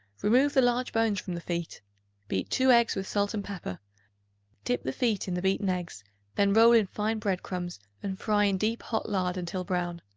remove the large bones from the feet beat two eggs with salt and pepper dip the feet in the beaten eggs then roll in fine bread-crumbs and fry in deep hot lard until brown.